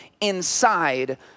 inside